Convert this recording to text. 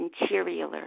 interior